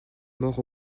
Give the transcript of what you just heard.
morts